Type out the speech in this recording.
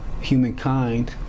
humankind